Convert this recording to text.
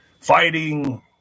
fighting